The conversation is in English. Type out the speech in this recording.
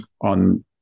on